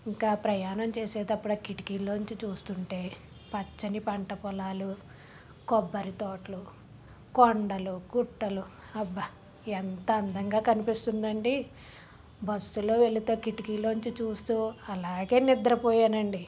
ఇక ప్రయాణం చేసేటప్పుడు ఆ కిటికీలోంచి చూస్తుంటే పచ్చని పంట పొలాలు కొబ్బరి తోటలు కొండలు గుట్టలు అబ్బ ఎంత అందంగా కనిపిస్తుందండి బస్సులో వెళితే కిటికీలోంచి చూస్తూ అలాగే నిద్రపోయానండి